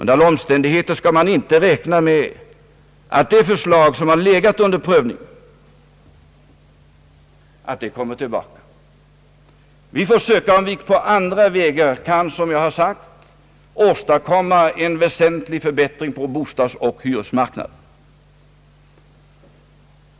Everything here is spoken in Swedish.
Under alla omständigheter skall man inte räkna med att det förslag, som har legat under prövning, kommer tillbaka. Vi får — som jag har sagt — på andra vägar söka åstadkomma en väsentlig förbättring på bostadsoch hyresmarknaden.